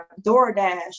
DoorDash